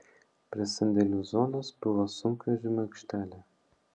prie sandėlių zonos buvo sunkvežimių aikštelė